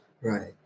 Right